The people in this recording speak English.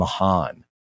Mahan